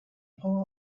power